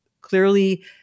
clearly